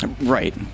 Right